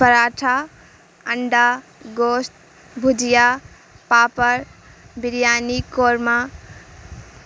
پراٹھا انڈا گوشت بھجیا پاپڑ بریانی قورمہ